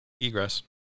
Egress